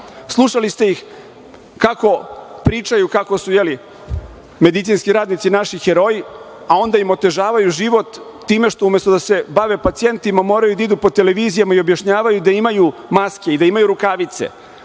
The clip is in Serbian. stanja. Slušali ste ih kako pričaju kako su medicinski radnici naši heroji, a onda im otežavaju život time što umesto da se bave pacijentima moraju da idu po televizijama i objašnjavaju da imaju maske i da imaju rukavice